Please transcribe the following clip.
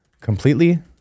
completely